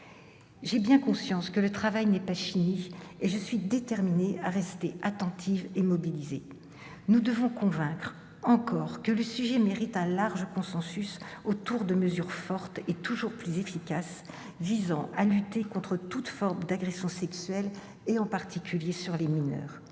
J'ai bien conscience que le travail n'est pas fini, et je suis déterminée à rester attentive et mobilisée. Nous devons convaincre, encore, que le sujet mérite un large consensus autour de mesures fortes et toujours plus efficaces visant à lutter contre toute forme d'agression sexuelle, en particulier celles qui